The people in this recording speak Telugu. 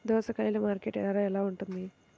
దోసకాయలు మార్కెట్ ధర ఎలా ఉంటుంది?